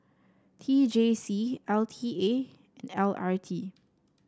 T J C L T A and L R T